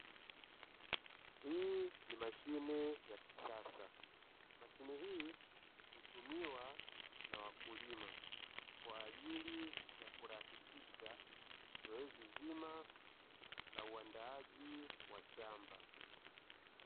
Hii ni mashine ya kisasa, mashine hii hutumiwa na wakulima kwa ajili ya kurahisisha zoezi zima la uandaaji wa shamba.